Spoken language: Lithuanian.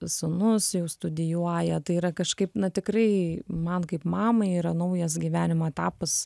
sūnus jau studijuoja tai yra kažkaip na tikrai man kaip mamai yra naujas gyvenimo etapas